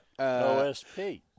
OSP